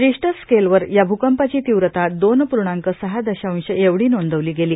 Richter स्केलवर या भूक्पाची तीव्रता दोन पूर्णांक सहा दशाश्व एवढी नोंदवली गेली